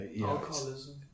alcoholism